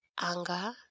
anger